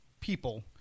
people